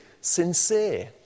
sincere